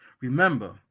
Remember